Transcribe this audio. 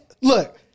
look